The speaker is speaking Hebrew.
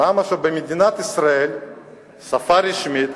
למה שבמדינת ישראל השפה הרשמית